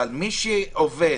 אבל מי שעובד,